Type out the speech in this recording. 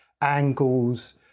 angles